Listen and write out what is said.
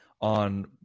on